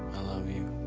love you.